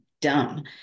dumb